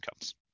comes